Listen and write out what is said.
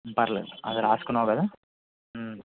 పర్లేదు అది రాసుకున్నావు కదా